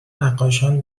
نقاشان